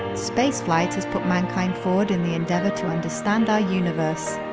spaceflight has put mankind forward in the endeavor to understand our universe.